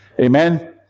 Amen